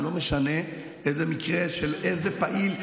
ולא משנה איזה מקרה של איזה פעיל,